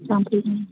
लांफैगोन